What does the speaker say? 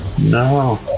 no